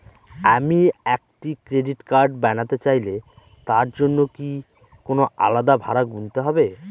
আমি একটি credit card বানাতে চাইলে তার জন্য কি কোনো আলাদা ভাড়া গুনতে হবে?